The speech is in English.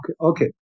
okay